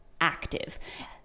active